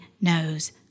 knows